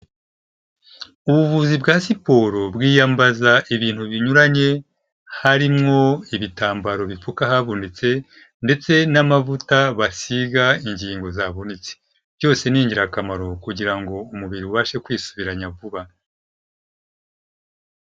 Ubuvuzi bwa siporo bwiyambaza ibintu binyuranye, harimwo ibitambaro bipfuka ahavunitse ndetse n'amavuta basiga ingingo zavunitse. Byose ni ingirakamaro kugira ngo umubiri ubashe kwisubiranya vuba.